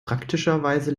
praktischerweise